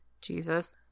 Jesus